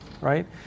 right